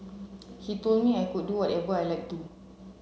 he told me I could do whatever I like too